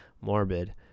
morbid